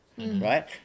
right